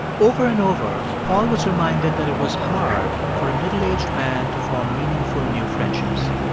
over and over, paul was reminded that it was hard for a middle-aged man to form meaningful new friendships.